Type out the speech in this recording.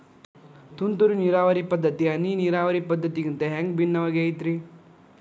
ತುಂತುರು ನೇರಾವರಿ ಪದ್ಧತಿ, ಹನಿ ನೇರಾವರಿ ಪದ್ಧತಿಗಿಂತ ಹ್ಯಾಂಗ ಭಿನ್ನವಾಗಿ ಐತ್ರಿ?